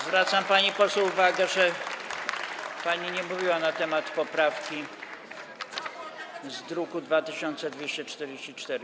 Zwracam pani poseł uwagę, że nie mówiła pani na temat poprawki z druku nr 2244.